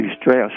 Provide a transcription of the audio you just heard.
stress